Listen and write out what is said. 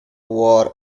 war